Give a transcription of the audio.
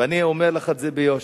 ואני אומר לך את זה ביושר.